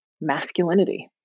masculinity